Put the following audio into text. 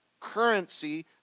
currency